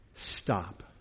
Stop